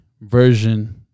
version